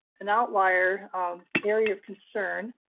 an outlier area of concern,